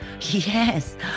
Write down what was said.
Yes